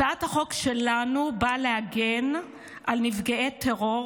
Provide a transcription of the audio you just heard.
הצעת החוק שלנו באה להגן על נפגעי טרור